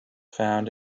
found